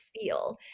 feel